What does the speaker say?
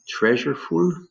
treasureful